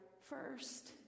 first